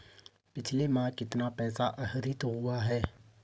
पिछले माह कितना पैसा आहरित हुआ है?